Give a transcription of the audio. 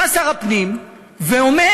בא שר הפנים ואומר: